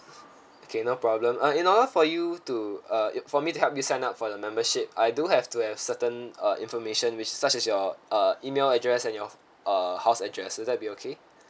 K no problem uh in order for you to uh for me to help you sign up for the membership I do have to have certain uh information which such as your uh email address and your uh house address would that be okay